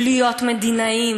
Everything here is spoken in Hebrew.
הוא להיות מדינאים,